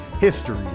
History